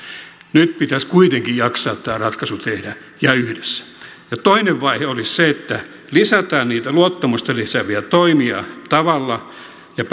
nyt pitäisi kuitenkin jaksaa tämä ratkaisu tehdä ja yhdessä ja toinen vaihe olisi se että lisätään niitä luottamusta lisääviä toimia tavalla ja